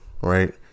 right